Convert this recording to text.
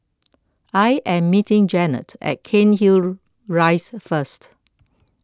I am meeting Janet at Cairnhill Rise first